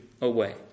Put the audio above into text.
away